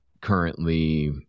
currently